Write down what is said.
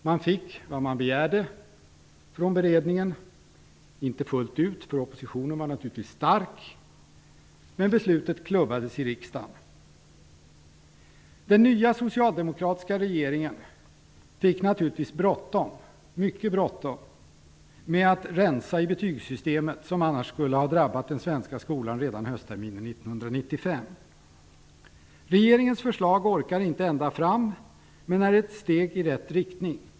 Man fick vad man begärde från beredningen. Oppositionen var naturligtvis stark, men beslutet klubbades i riksdagen. Den nya socialdemokratiska regeringen fick naturligtvis mycket bråttom med att rensa i det betygssystem som skulle drabba den svenska skolan redan under höstterminen 1995. Regeringens förslag orkar inte ända fram men är ett steg i rätt riktning.